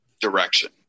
direction